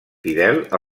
fidel